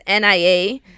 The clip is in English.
Nia